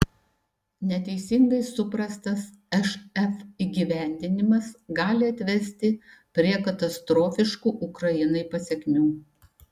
neteisingai suprastas šf įgyvendinimas gali atvesti prie katastrofiškų ukrainai pasekmių